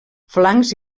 flancs